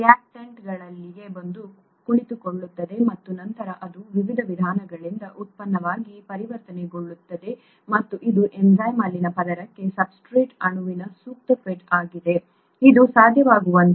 ರಿಯಾಕ್ಟಂಟ್ಗಳನ್ನು ಅಲ್ಲಿಗೆ ಬಂದು ಕುಳಿತುಕೊಳ್ಳುತ್ತದೆ ಮತ್ತು ನಂತರ ಅದು ವಿವಿಧ ವಿಧಾನಗಳಿಂದ ಉತ್ಪನ್ನವಾಗಿ ಪರಿವರ್ತನೆಗೊಳ್ಳುತ್ತದೆ ಮತ್ತು ಇದು ಎನ್ಝೈಮ್ ಅಲ್ಲಿನ ಪದರಕ್ಕೆ ಸಬ್ಸ್ಟ್ರೇಟ್ ಅಣುವಿನ ಸೂಕ್ತ ಫಿಟ್ ಆಗಿದೆ ಇದು ಸಾಧ್ಯವಾಗುವಂತೆ ಮಾಡುವ ಎನ್ಝೈಮ್ನ ಭಾಗವಾಗಿದೆ ಸರಿ